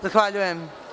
Zahvaljujem.